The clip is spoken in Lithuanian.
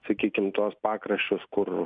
sakykim tuos pakraščius kur